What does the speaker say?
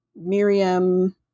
Miriam